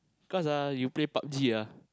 cause ah you play Pub-G ah